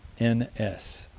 n s,